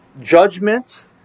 judgment